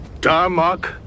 Darmok